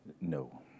No